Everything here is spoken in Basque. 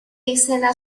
izena